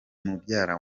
mubyara